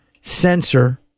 sensor